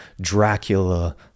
Dracula